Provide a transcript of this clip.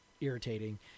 irritating